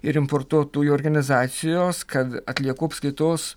ir importuotojų organizacijos kad atliekų apskaitos